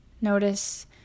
Notice